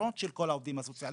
בהכשרות של כל העובדים הסוציאליים,